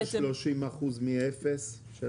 30% מאפס?